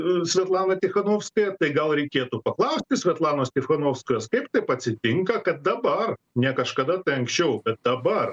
svetlana tychanovskaja tai gal reikėtų paklausti svetlanos tychanovskojos kaip taip atsitinka kad dabar ne kažkada anksčiau bet dabar